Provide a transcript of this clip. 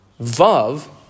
vav